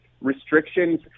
restrictions